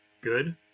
good